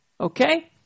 Okay